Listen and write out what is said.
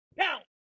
count